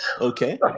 okay